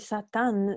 Satan